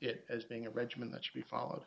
it as being a regimen that should be followed